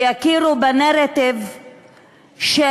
ויכירו בנרטיב של